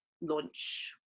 launch